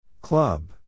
Club